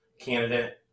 candidate